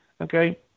okay